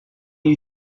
you